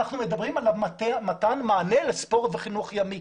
אנחנו מדברים על מתן מענה לספורט וחינוך ימי.